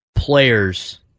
players